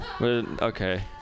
okay